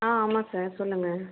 ஆ ஆமாம் சார் சொல்லுங்கள்